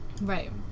right